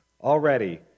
Already